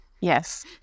Yes